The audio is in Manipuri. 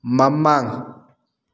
ꯃꯃꯥꯡ